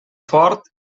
fort